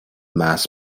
mass